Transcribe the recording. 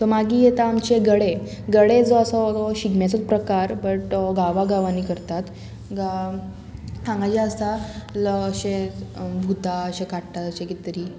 तो मागीर येता आमचे गडे गडे जो आसा तो शिगम्याचोच प्रकार बट गांवागांवांनी करतात हांगा जे आसा अशे भुतां अशे काडटा अशे कितें तरी आसा